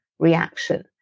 reaction